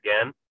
again